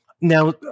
now